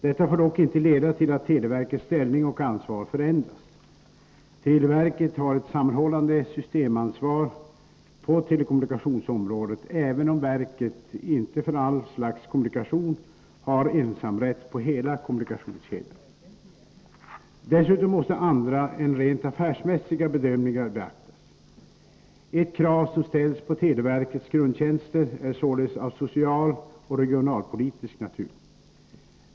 Detta får dock inte leda till att televerkets ställning och ansvar förändras. Televerket har ett sammanhållande systemansvar på telekommunikationsområdet även om verket inte för all slags kommunikation har ensamrätt på hela kommunikationskedjan. Dessutom måste andra än rent affärsmässiga bedömningar beaktas. Ett krav som ställs på televerkets grundtjänster är således av socialoch regionalpolitisk natur.